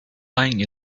lying